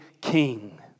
king